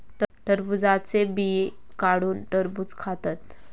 टरबुजाचे बिये काढुन टरबुज खातत